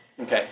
Okay